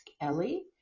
Ellie